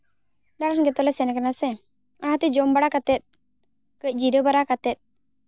ᱫᱟᱬᱟᱱ ᱡᱚᱛᱞᱮ ᱥᱮᱱ ᱠᱟᱱᱟ ᱥᱮ ᱚᱱᱟᱛᱮ ᱡᱚᱢ ᱵᱟᱲᱟ ᱠᱟᱛᱮ ᱠᱟᱹᱡ ᱡᱤᱨᱟᱹᱣ ᱵᱟᱲᱟ ᱠᱟᱛᱮ